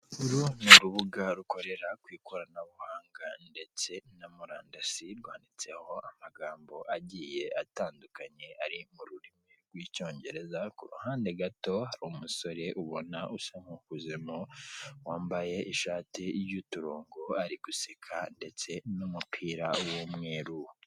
Uru ni urubuga rukorera ku ikoranabuhanga, ndetse na murandazi rwanditseho amagambo agiye atandukanye ari mu rurimi rw'icyongereza, ku ruhande gato hari umusore ubona usa n'ukuzemo wambaye ishati y'uturongo, ari guseka ndetse n'umupira w'umweru.